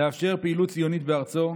לאפשר פעילות ציונית בארצו,